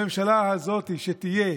הממשלה הזאת שתהיה,